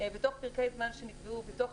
בתוך פרקי זמן שנקבעו.